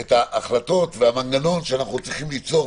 את ההחלטות והמנגנון שאנחנו צריכים ליצור,